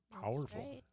powerful